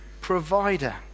provider